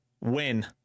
win